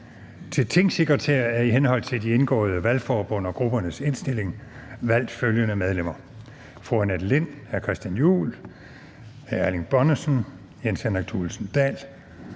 Til tingsekretærer er i henhold til de indgåede valgforbund og gruppernes indstilling valgt følgende medlemmer: fru Annette Lind, hr. Christian Juhl, hr. Erling Bonnesen og hr. Jens Henrik Thulesen Dahl.